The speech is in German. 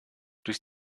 durch